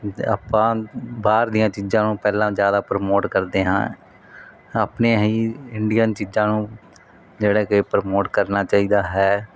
ਆਪਾਂ ਬਾਹਰ ਦੀਆਂ ਚੀਜ਼ਾਂ ਨੂੰ ਪਹਿਲਾਂ ਜਿਆਦਾ ਪ੍ਰਮੋਟ ਕਰਦੇ ਹਾਂ ਆਪਣੇ ਹੀ ਇੰਡੀਅਨ ਚੀਜ਼ਾਂ ਨੂੰ ਜਿਹੜਾ ਕਿ ਪ੍ਰਮੋਟ ਕਰਨਾ ਚਾਹੀਦਾ ਹੈ